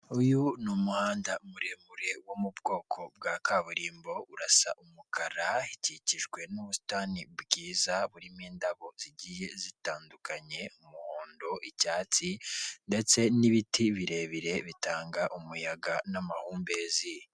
Uyu ni umuhanda muremure wo mu bwoko bwa kaburimbo, urasa umukara, ikikijwe n'ubusitani bwiza burimo indabo zigiye zitandukanye, umuhondo, icyatsi, ndetse n'ibiti birebire bitanga umuyaga n'amahumbezi.